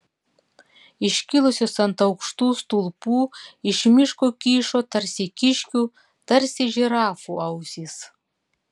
iškilusios ant aukštų stulpų iš miško kyšo tarsi kiškių tarsi žirafų ausys